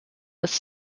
des